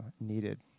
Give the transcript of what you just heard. needed